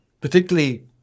particularly